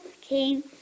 came